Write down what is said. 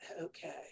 okay